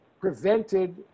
prevented